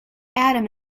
adam